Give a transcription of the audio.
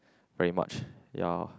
very much ya